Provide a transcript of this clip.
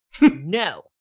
No